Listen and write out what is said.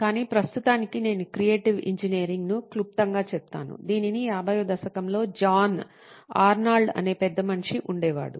కానీ ప్రస్తుతానికి నేను క్రియేటివ్ ఇంజనీరింగ్ను క్లుప్తంగా చెప్తాను దీనిని 50 వ దశకంలో జాన్ ఆర్నాల్డ్ అనే పెద్దమనిషి ఉండేవారు